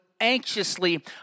anxiously